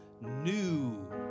new